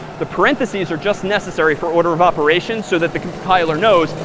the parentheses are just necessary for order of operations so that the compiler knows,